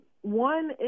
one